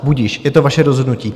Budiž, je to vaše rozhodnutí.